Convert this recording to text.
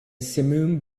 simum